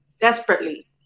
desperately